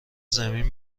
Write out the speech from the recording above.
زمین